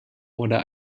oder